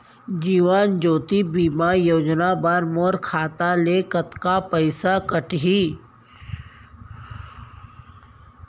जीवन ज्योति बीमा योजना बर मोर खाता ले कतका पइसा कटही?